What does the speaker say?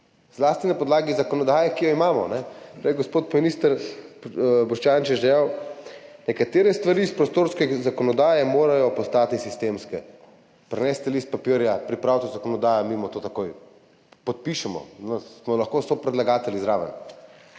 Zlasti na podlagi zakonodaje, ki jo imamo, ne. Prej je gospod minister Boštjančič dejal: »Nekatere stvari iz prostorske zakonodaje morajo postati sistemske.« Prinesite list papirja, pripravite zakonodajo, mi to takoj podpišemo, smo lahko sopredlagatelji zraven.